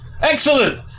Excellent